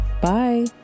Bye